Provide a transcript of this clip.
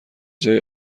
جای